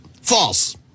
False